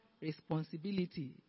responsibility